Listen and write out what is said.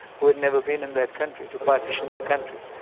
who had never been in that country, to partition the country,